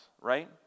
right